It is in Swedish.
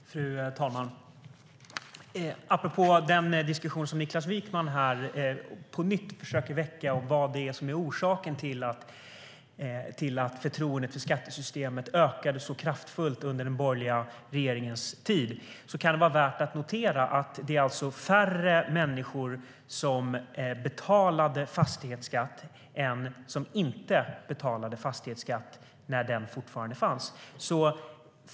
STYLEREF Kantrubrik \* MERGEFORMAT Svar på interpellationerFru talman! Apropå den diskussion som Niklas Wykman här på nytt försöker väcka om vad som var orsaken till att förtroendet för skattesystemet ökade så kraftfullt under den borgerliga regeringens tid kan det vara värt att notera att det var färre människor som betalade fastighetsskatt än som inte betalade fastighetsskatt när den fortfarande fanns.